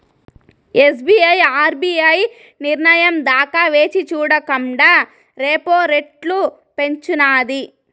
SBI RBI నిర్నయం దాకా వేచిచూడకండా రెపో రెట్లు పెంచినాది